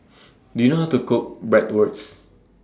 Do YOU know How to Cook Bratwurst